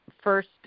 first